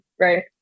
right